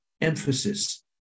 emphasis